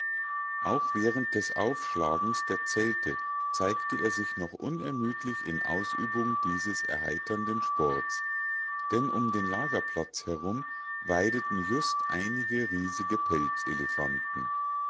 auch während des aufschlagens der zelte zeigte er sich noch unermüdlich in ausübung dieses erheiternden sports denn um den lagerplatz herum weideten just einige riesige